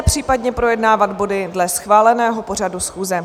Poté případně projednávat body dle schváleného pořadu schůze.